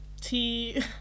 Tea